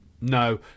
No